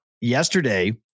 yesterday